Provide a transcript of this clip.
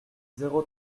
zéro